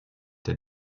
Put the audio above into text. der